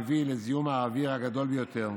מביאים לזיהום האוויר הגדול ביותר.